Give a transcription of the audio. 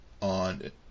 on